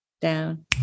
down